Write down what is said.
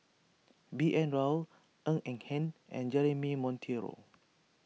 B N Rao Ng Eng Hen and Jeremy Monteiro